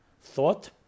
Thought